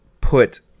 put